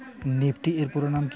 Nifty এর পুরোনাম কী?